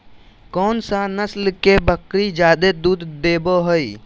कौन सा नस्ल के बकरी जादे दूध देबो हइ?